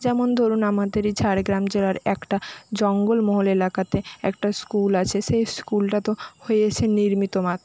যেমন ধরুন আমাদের ঝাড়গ্রাম জেলার একটা জঙ্গলমহল এলাকাতে একটা স্কুল আছে সে স্কুলটা তো হয়েছে নিমিত্ত মাত্র